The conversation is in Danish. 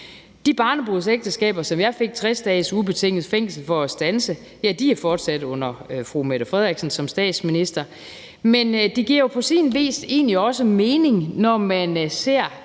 De barnebrudsægteskaber, som jeg fik 60 dages ubetinget fængsel for at standse, er fortsat under fru Mette Frederiksen som statsminister, men det giver jo på sin vis også mening, når man ser,